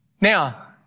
Now